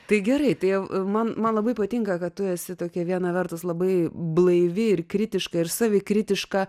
tai gerai tai man man labai patinka kad tu esi tokia viena vertus labai blaivi ir kritiška ir savikritiška